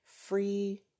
free